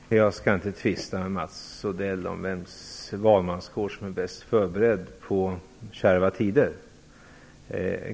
Herr talman! Jag skall inte tvista med Mats Odell om vems valmanskår som är mest förberedd på kärva tider.